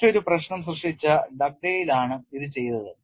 മറ്റൊരു പ്രശ്നം സൃഷ്ടിച്ച ഡഗ്ഡെയ്ലാണ് ഇത് ചെയ്തത്